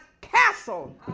castle